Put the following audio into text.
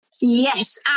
Yes